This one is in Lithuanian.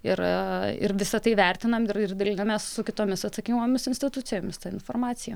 ir ir visa tai vertinam ir dalinamės su kitomis atsakingomis institucijomis informacija